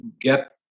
get